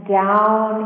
down